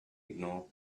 ignored